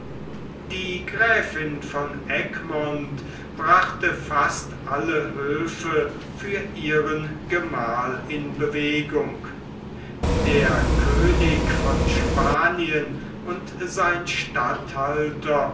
die gräfin von egmont brachte fast alle höfe für ihren gemahl in bewegung der könig von spanien und sein statthalter